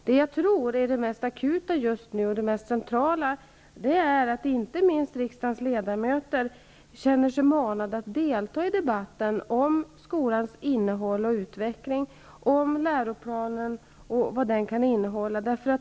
Det mest akuta och mest centrala tror jag är att få inte minst riksdagens ledamöter att känna sig ma nade att delta i debatten om skolans innehåll och utveckling, om vad läroplanen skall innehålla.